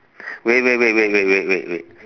wait wait wait wait wait wait wait